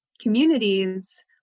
communities